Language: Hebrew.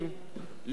לקשישים,